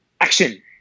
action